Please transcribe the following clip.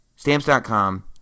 Stamps.com